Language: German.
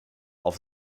auf